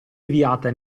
inviate